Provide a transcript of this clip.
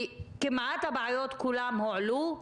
כמעט כל הבעיות הועלו,